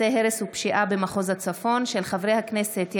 כשהוא בקואליציה ויש